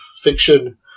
fiction